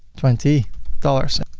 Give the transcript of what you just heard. twenty dollars.